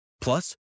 Plus